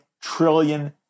trillion